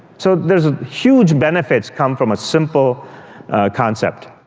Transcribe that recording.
so there's huge benefits come from a simple concept.